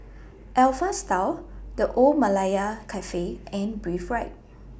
Alpha Style The Old Malaya Cafe and Breathe Right